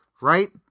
Right